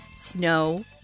snow